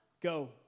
Go